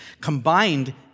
combined